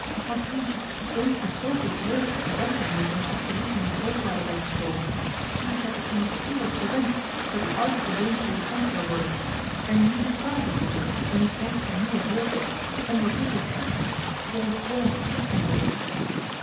u die eens met zooveel vreugde en dankbaarheid in de pastorie van uw grootvader zijt gekomen u hebt het immers vurig gewenscht dat uw oudste zoon predikant zou worden en nu kan ik het worden in een tijd van nieuwe hope onder heveel gisting voor ons